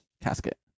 casket